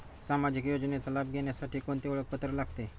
सामाजिक योजनेचा लाभ घेण्यासाठी कोणते ओळखपत्र लागते?